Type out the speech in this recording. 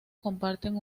comparten